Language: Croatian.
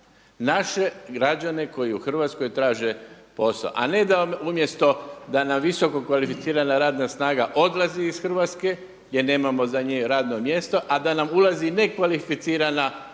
naše građane koji u Hrvatskoj traže posao a ne da vam umjesto da nam visokokvalificirana radna snaga odlazi iz Hrvatske jer nemao za njih radno mjesto a da nam ulazi nekvalificirana radna